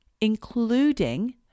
including